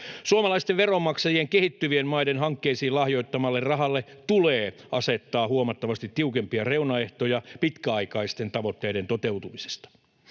Suomalaisten veronmaksajien kehittyvien maiden hankkeisiin lahjoittamalle rahalle tulee asettaa huomattavasti tiukempia reunaehtoja pitkäaikaisten tavoitteiden toteutumisesta.